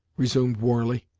resumed warley,